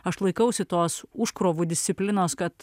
aš laikausi tos užkrovų disciplinos kad